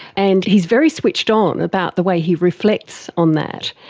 and he's very switched-on about the way he reflects on that.